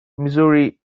missouri